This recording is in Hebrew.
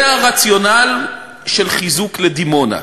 זה הרציונל של חיזוק לדימונה.